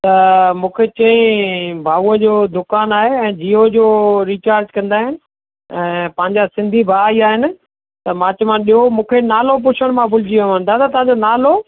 त मूंखे चयईं भाऊअ जो दुकानु आहे ऐं जीयो जो रीचार्ज कंदा आहिनि ऐं पंहिंजा सिंधी भाउ ई आहिनि त मां चयोमान ॾियो मूंखे नालो पुछण मां भुलिजी वियोमान दादा तव्हां जो नालो